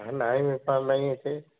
ନାଇ ବେପାର ନାଇ ଏଠି